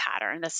pattern